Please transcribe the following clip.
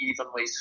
evenly